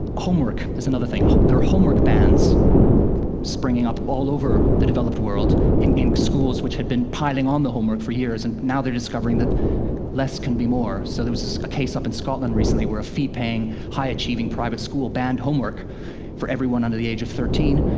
homework is another thing. there are homework bans springing up all over the developed world in in schools which had been piling on the homework for years, and now they're discovering that less can be more. so there was a case up in scotland recently where a fee-paying, high-achieving private school banned homework for everyone under the age of thirteen,